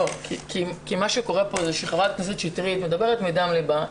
מה שקורה כאן זה שחברת הכנסת שטרית מדברת מדם לבה.